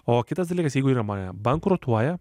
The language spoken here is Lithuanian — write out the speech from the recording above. o kitas dalykas jeigu įmonė bankrutuoja